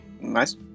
Nice